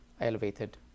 elevated